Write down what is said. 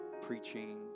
preaching